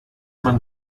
man